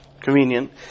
convenient